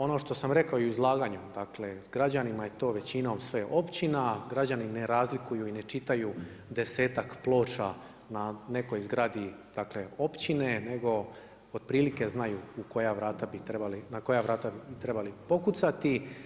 Ono što sam rekao i u izlaganju dakle građanima je to većinom sve općina, građani ne razlikuju i ne čitaju desetak ploča na nekoj zgradi dakle općine nego otprilike znaju na koja vrata bi trebali pokucati.